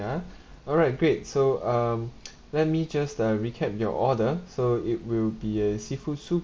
ah alright great so um let me just uh recap your order so it will be a seafood soup